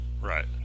Right